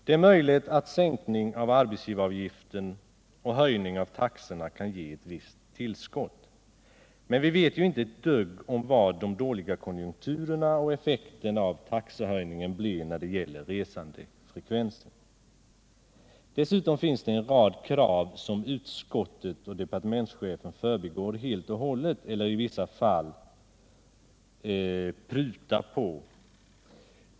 Det är möjligt att sänkning av arbetsgivaravgiften och höjning av taxorna kan ge ett visst tillskott. Men vi vet ju inte ett dugg om vilka effekter de dåliga konjunkturerna och taxehöjningen får på resandefrekvensen. Dessutom finns en rad krav som utskottet och departementschefen helt och hållet förbigår eller i vissa fall prutar på.